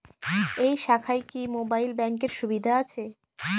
এই শাখায় কি মোবাইল ব্যাঙ্কের সুবিধা আছে?